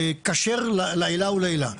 כשר לעילא ולעילא,